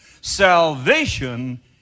Salvation